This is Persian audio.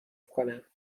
کنم